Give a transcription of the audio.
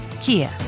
Kia